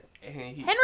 Henry